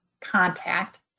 contact